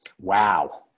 Wow